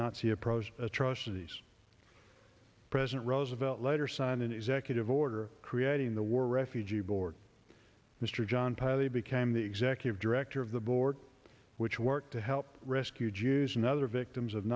nazi approaches atrocities president roosevelt letter signed an executive order creating the world refugee board mr john perry became the executive director of the board which worked to help rescue jews and other victims of